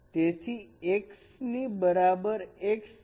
તેથી x ની બરાબર x છે